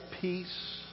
peace